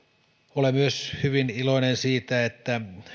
olen myös hyvin iloinen siitä että